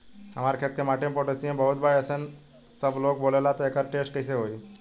हमार खेत के माटी मे पोटासियम बहुत बा ऐसन सबलोग बोलेला त एकर टेस्ट कैसे होई?